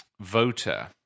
voter